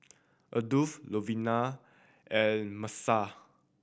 Adolf Luvenia and Miesha